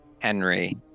Henry